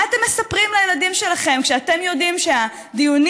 מה אתם מספרים לילדים שלכם כשאתם יודעים שהדיונים